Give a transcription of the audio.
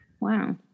wow